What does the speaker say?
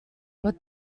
what